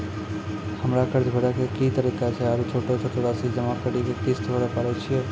हमरा कर्ज भरे के की तरीका छै आरू छोटो छोटो रासि जमा करि के किस्त भरे पारे छियै?